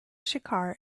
shekhar